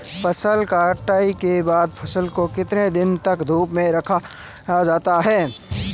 फसल कटाई के बाद फ़सल को कितने दिन तक धूप में रखा जाता है?